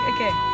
Okay